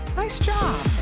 nice job.